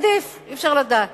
עדיף, אי-אפשר לדעת.